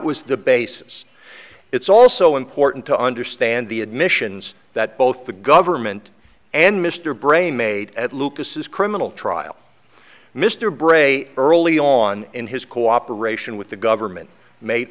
was the basis it's also important to understand the admissions that both the government and mr bray made at lucas is criminal trial mr bray early on in his cooperation with the government ma